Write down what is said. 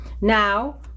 Now